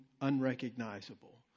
unrecognizable